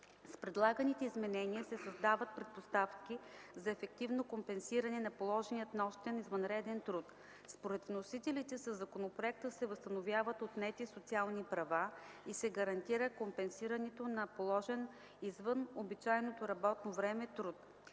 С предлаганите изменения се създават предпоставки за ефективно компенсиране на положения нощен и извънреден труд. Според вносителите със законопроекта се възстановяват отнети социални права и се гарантира компенсирането на положения извън обичайното работно време труд.